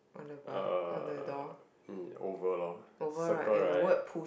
uh oval lor circle right